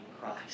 Christ